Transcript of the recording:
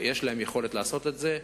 יש להם יכולת לעשות את זה.